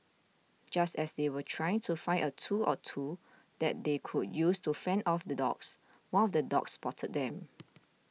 just as they were trying to find a tool or two that they could use to fend off the dogs one of the dogs spotted them